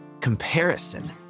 comparison